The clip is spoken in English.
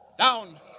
Down